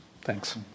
Thanks